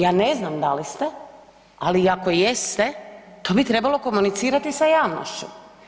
Ja ne znam da li ste ali i ako jeste to bi trebalo komunicirati sa javnošću.